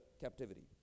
captivity